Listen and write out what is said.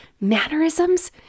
mannerisms—